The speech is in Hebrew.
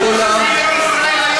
--- ב-2012,